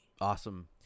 Awesome